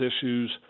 issues